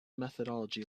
methodology